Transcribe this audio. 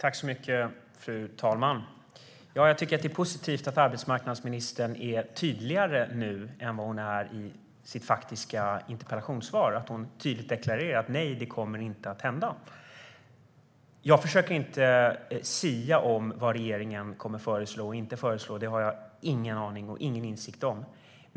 Fru talman! Jag tycker att det är positivt att arbetsmarknadsministern är tydligare nu än vad hon var i sitt interpellationssvar. Hon deklarerar tydligt att det inte kommer att hända. Jag försöker inte sia om vad regeringen kommer att föreslå och inte föreslå, för det har jag ingen aning om och ingen insikt i.